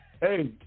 Hey